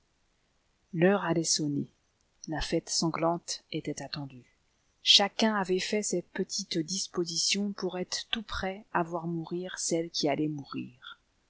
l'heure allait sonner la fête sanglante était attendue chacun avait fait ses petites dispositions pour être tout prêt à voir mourir celle qui allait mourir